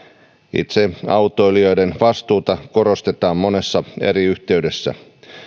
itse autoilijoiden vastuuta korostetaan monessa eri yhteydessä